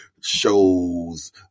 shows